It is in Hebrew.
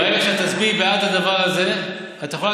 ברגע שאת תצביעי בעד הדבר הזה את יכולה